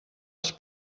els